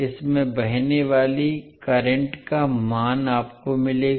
इसमें बहने वाली धारा का मान आपको मिलेगा